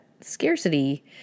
scarcity